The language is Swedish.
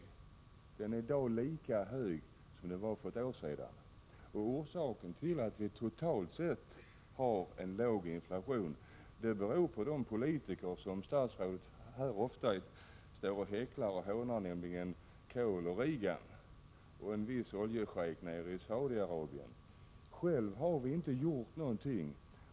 I dag är den lika hög som för ett år sedan. Att vi totalt sett har en låg inflation beror på de politiker som statsrådet här ofta står och häcklar, nämligen Kohl, Reagan och en viss oljeschejk nere i Saudiarabien. Själva har vi inte gjort någonting.